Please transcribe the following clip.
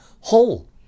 whole